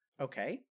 Okay